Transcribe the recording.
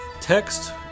text